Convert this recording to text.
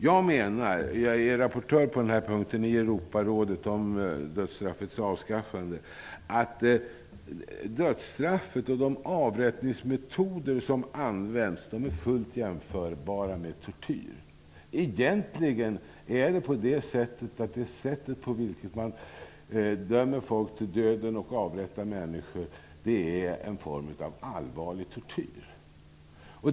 Jag är rapportör i Europarådet när det gäller dödsstraffets avskaffande, och jag menar att dödsstraffet och de avrättningsmetoder som används är fullt jämförbara med tortyr. Egentligen är det sätt på vilket man dömer människor till döden och avrättar dem en form av allvarlig tortyr.